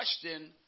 question